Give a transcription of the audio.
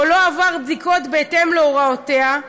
או לא עבר בדיקות בהתאם להוראותיה,